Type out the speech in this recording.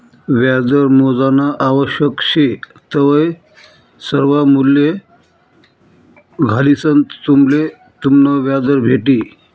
व्याजदर मोजानं आवश्यक शे तवय सर्वा मूल्ये घालिसंन तुम्हले तुमनं व्याजदर भेटी